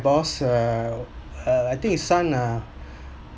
boss uh uh I think his son ah